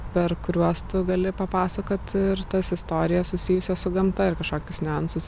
per kuriuos tu gali papasakoti ir tas istorijas susijusias su gamta ir kažkokius niuansus